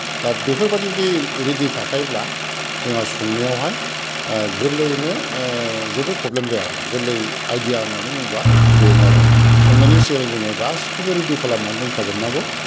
दा बेफोरबादि जुदि रेदि थाखायोब्ला जोंहा संनायावहाय गोरलैयैनो जेबो प्रब्लेम जाया आरो गोरलै आयदिया होन्नानै बुङोब्ला बेनो आरो संनायनि सिगां जोङो गासैखौबो रेदि खालामनानै दोनखाजोबनांगौ